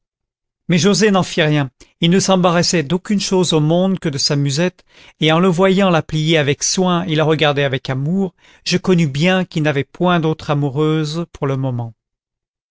mais joset n'en fit rien il ne s'embarrassait d'aucune chose au monde que de sa musette et en le voyant la plier avec soin et la regarder avec amour je connus bien qu'il n'avait point d'autre amoureuse pour le moment